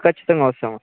ఖచ్చితంగా వస్తాము